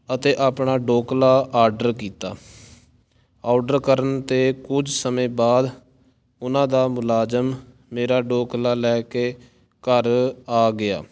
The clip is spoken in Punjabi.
ਅਤੇ ਆਪਣਾ ਢੋਕਲਾ ਆਡਰ ਕੀਤਾ ਔਡਰ ਕਰਨ 'ਤੇ ਕੁਝ ਸਮੇਂ ਬਾਅਦ ਉਹਨਾਂ ਦਾ ਮੁਲਾਜ਼ਮ ਮੇਰਾ ਢੋਕਲਾ ਲੈ ਕੇ ਘਰ ਆ ਗਿਆ